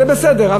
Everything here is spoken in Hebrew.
זה בסדר,